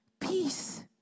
peace